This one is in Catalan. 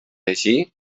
eixir